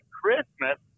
christmas